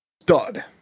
stud